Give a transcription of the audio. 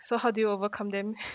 so how did you overcome them